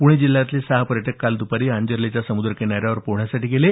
पुणे जिल्ह्यातले सहा पर्यटक काल दपारी आंजर्ले समुद्रकिनाऱ्यावर पोहण्यासाठी गेले